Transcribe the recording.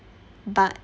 but